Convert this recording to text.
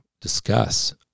discuss